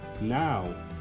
now